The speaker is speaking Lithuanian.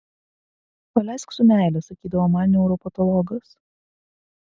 paleisk su meile sakydavo man neuropatologas